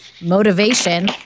motivation